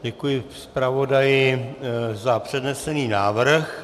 Děkuji zpravodaji za přednesený návrh.